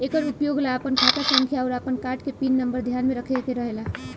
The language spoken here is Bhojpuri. एकर उपयोग ला आपन खाता संख्या आउर आपन कार्ड के पिन नम्बर ध्यान में रखे के रहेला